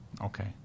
Okay